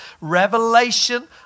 revelation